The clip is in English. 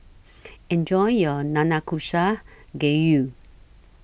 Enjoy your Nanakusa Gayu